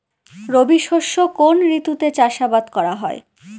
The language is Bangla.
রবি শস্য কোন ঋতুতে চাষাবাদ করা হয়?